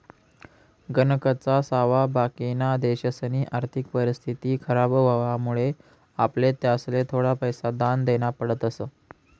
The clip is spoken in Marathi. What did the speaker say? गणकच सावा बाकिना देशसनी आर्थिक परिस्थिती खराब व्हवामुळे आपले त्यासले थोडा पैसा दान देना पडतस